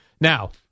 Now